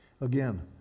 Again